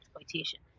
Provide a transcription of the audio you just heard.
exploitation